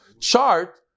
chart